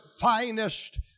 finest